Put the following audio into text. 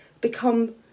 become